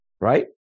Right